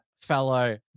fellow